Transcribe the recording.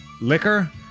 liquor